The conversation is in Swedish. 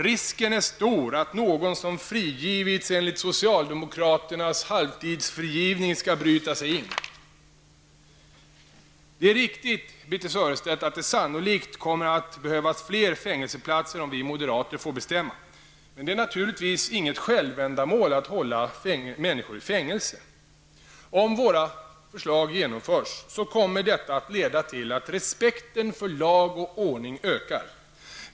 Risken är stor att någon som har frigivits enligt socialdemokraternas halvtidsfrigivning skall bryta sig in. Det kommer sannolikt, Birthe Sörestedt, att i ett första skede behövas fler fängelseplatser om vi moderater får bestämma. Men det är naturligtvis inget självändamål att hålla människor i fängelse. Om våra förslag genomförs, kommer detta att leda till att respekten för lag och ordning ökar.